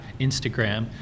Instagram